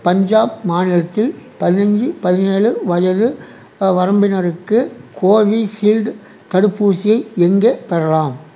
பஞ்சாப் மாநிலத்தில் பதினஞ்சு பதினேழு வயது வரம்பினருக்கு கோவிஷீல்டு தடுப்பூசியை எங்கே பெறலாம்